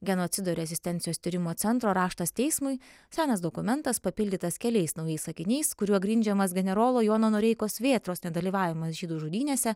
genocido rezistencijos tyrimo centro raštas teismui senas dokumentas papildytas keliais naujais sakiniais kuriuo grindžiamas generolo jono noreikos vėtros nedalyvavimas žydų žudynėse